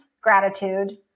gratitude